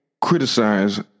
criticize